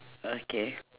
okay